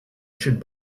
should